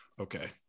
Okay